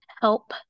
help